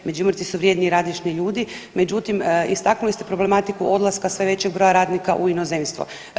Međimurci su vrijedni i radišni ljudi, međutim istaknuli ste problematiku odlaska sve većeg broja radnika u inozemstvo.